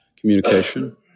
communication